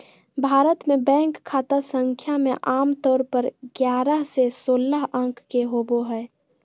भारत मे बैंक खाता संख्या मे आमतौर पर ग्यारह से सोलह अंक के होबो हय